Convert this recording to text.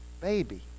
baby